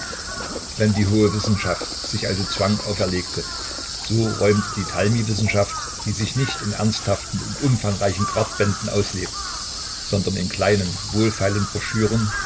wenn die hohe wissenschaft sich also zwang auferlegte so räumte die talmiwissenschaft die sich nicht in ernsthaften und umfangreichen quartbänden auslebt sondern in kleinen wohlfeilen broschüren